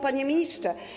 Panie Ministrze!